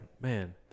man